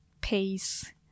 pace